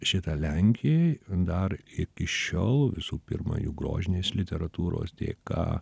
šitą lenkijai dar iki šiol visų pirma jų grožinės literatūros dėka